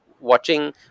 watching